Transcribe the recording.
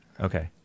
Okay